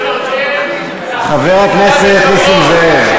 חבר הכנסת נסים זאב.